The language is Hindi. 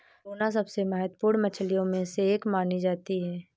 टूना सबसे महत्त्वपूर्ण मछलियों में से एक मानी जाती है